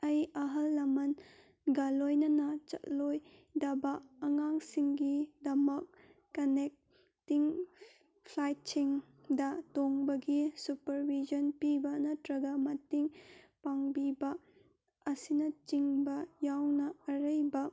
ꯑꯩ ꯑꯍꯜ ꯂꯃꯜꯒ ꯂꯣꯏꯅꯅ ꯆꯠꯂꯣꯏꯗꯕ ꯑꯉꯥꯡꯁꯤꯡꯒꯤꯗꯃꯛ ꯀꯅꯦꯛꯇꯤꯡ ꯐ꯭ꯂꯥꯏꯠꯁꯤꯡꯗ ꯇꯣꯡꯕꯒꯤ ꯁꯨꯄꯔ ꯕꯤꯖꯟ ꯄꯤꯕ ꯅꯠꯇ꯭ꯔꯒ ꯃꯇꯦꯡ ꯄꯥꯡꯕꯤꯕ ꯑꯁꯤꯅꯆꯤꯡꯕ ꯌꯥꯎꯅ ꯑꯔꯩꯕ